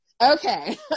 Okay